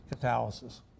catalysis